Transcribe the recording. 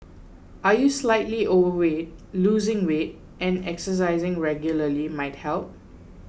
are you are slightly overweight losing weight and exercising regularly might help